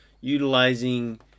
utilizing